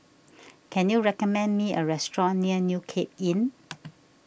can you recommend me a restaurant near New Cape Inn